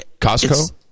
Costco